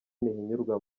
ntihinyurwa